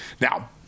Now